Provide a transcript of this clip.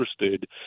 interested